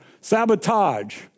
Sabotage